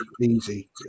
easy